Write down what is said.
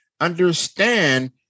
Understand